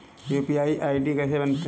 UPI ID कैसे बनाते हैं?